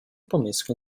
pomysły